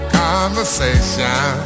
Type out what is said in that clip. conversation